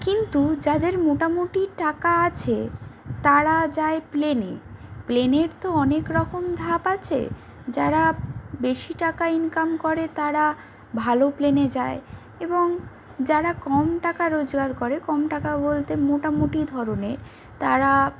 কিন্তু যাদের মোটামুটি টাকা আছে তারা যায় প্লেনে প্লেনের তো অনেকরকম ধাপ আছে যারা বেশি টাকা ইনকাম করে তারা ভালো প্লেনে যায় এবং যারা কম টাকা রোজগার করে কম টাকা বলতে মোটামুটি ধরণের তারা